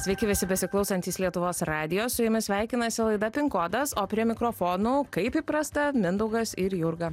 sveiki visi besiklausantys lietuvos radijo su jumis sveikinasi laida kodas o prie mikrofonų kaip įprasta mindaugas ir jurga